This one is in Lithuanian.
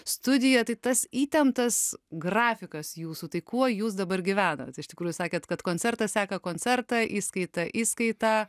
studiją tai tas įtemptas grafikas jūsų tai kuo jūs dabar gyvenat iš tikrųjų sakėt kad koncertas seka koncertą įskaita įskaitą